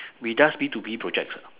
we does B to B projects